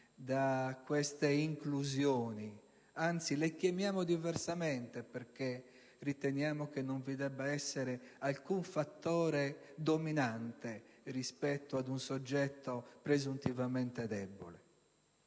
da queste inclusioni, anzi le chiamiamo diversamente perché riteniamo che non vi debba essere alcun fattore dominante rispetto ad un soggetto presuntivamente debole.